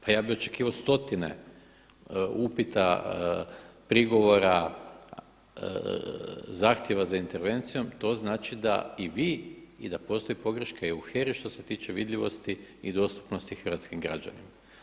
Pa ja bih očekivao stotine upita, prigovora, zahtjeva za intervencijom, to znači da i vi i da postoji pogreška i u HERA-i što se tiče vidljivosti i dostupnosti hrvatskim građanima.